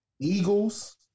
Eagles